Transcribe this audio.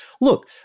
Look